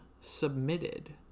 submitted